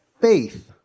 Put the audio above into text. faith